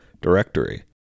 directory